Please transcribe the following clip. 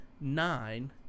nine